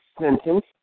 sentence